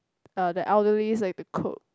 the elderly like to cook